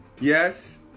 Yes